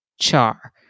char